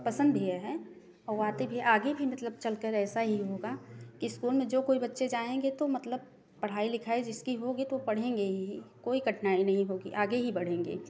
पसंद भी है हैं और आती भी है आगे भी मतलब चलकर ऐसा ही होगा स्कूल में जो कोई बच्चे जाएँगे तो मतलब पढ़ाई लिखाई जिसकी होगी तो पढ़ेंगे ही कोई कठिनाई नहीं होगी आगे ही बढ़ेंगे